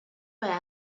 para